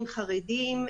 חרדים,